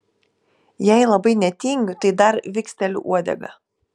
jei labai netingiu tai dar viksteliu uodega